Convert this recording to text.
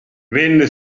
venne